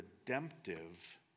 redemptive